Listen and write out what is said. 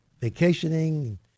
vacationing